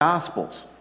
gospels